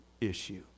issue